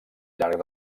llarg